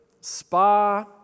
spa